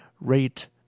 rate